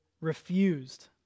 refused